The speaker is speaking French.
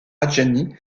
adjani